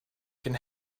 can